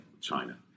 China